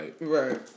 right